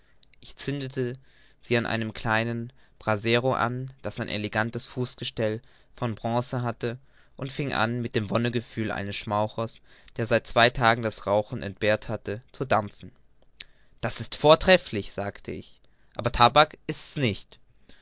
ich zündete sie an einem kleinen brasero an das ein elegantes fußgestell von bronce hatte und fing an mit dem wonnegefühl eines schmauchers der seit zwei tagen das rauchen entbehrt hatte zu dampfen das ist vortrefflich sagte ich aber tabak ist's nicht